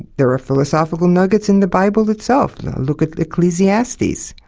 there are philosophical nuggets in the bible itself. look at ecclesiastes,